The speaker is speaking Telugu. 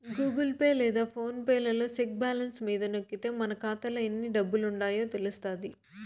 గూగుల్ పే లేదా ఫోన్ పే లలో సెక్ బ్యాలెన్స్ మీద నొక్కితే మన కాతాలో ఎన్ని డబ్బులుండాయో తెలస్తాది